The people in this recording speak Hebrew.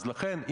לכן,